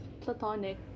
platonic